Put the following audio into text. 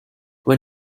when